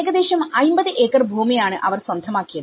ഏകദേശം 50 ഏക്കർ ഭൂമിയാണ് അവർ സ്വന്തമാക്കിയത്